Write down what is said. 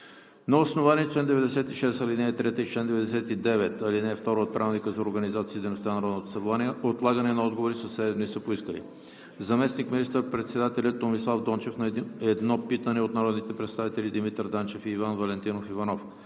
На основание чл. 96, ал. 3 и чл. 99, ал. 2 от Правилника за организацията и дейността на Народното събрание отлагане на отговори със седем дни са поискали: - заместник министър-председателят Томислав Дончев – на едно питане от народните представители Димитър Данчев и Иван Валентинов Иванов;